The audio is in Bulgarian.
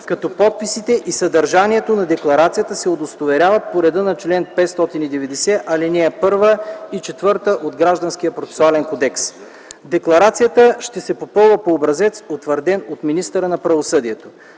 като подписите и съдържанието на декларацията се удостоверяват по реда на чл. 590, ал. 1 и 4 от Гражданския процесуален кодекс. Декларацията ще се попълва по образец, утвърден от министъра на правосъдието.